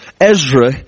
Ezra